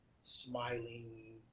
smiling